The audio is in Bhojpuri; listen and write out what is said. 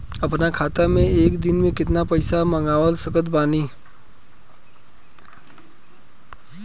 अपना खाता मे एक दिन मे केतना पईसा मँगवा सकत बानी?